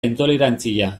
intolerantzia